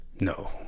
No